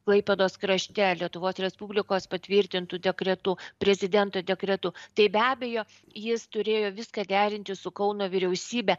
klaipėdos krašte lietuvos respublikos patvirtintu dekretu prezidento dekretu tai be abejo jis turėjo viską derinti su kauno vyriausybe